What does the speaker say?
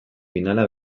finala